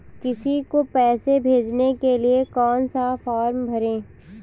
किसी को पैसे भेजने के लिए कौन सा फॉर्म भरें?